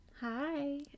Hi